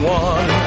one